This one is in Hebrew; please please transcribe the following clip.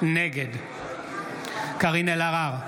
נגד קארין אלהרר,